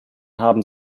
haben